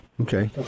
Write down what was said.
Okay